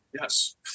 Yes